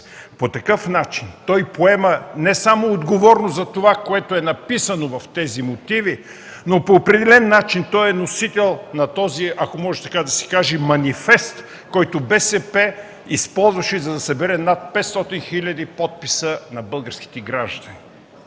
По такъв начин той поема не само отговорност за това, което е написано в тези мотиви, но по определен начин е носител на този, ако може така да се каже, манифест, който БСП използваше, за да събере над 500 хиляди подписа на българските граждани.